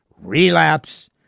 relapse